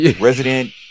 Resident